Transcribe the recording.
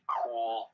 cool